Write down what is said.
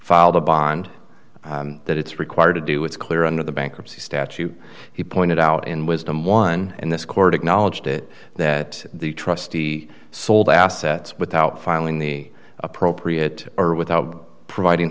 filed a bond that it's required to do it's clear under the bankruptcy statute he pointed out in wisdom one and this court acknowledged it that the trustee sold assets without filing the appropriate or without providing